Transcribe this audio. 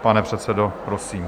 Pane předsedo, prosím.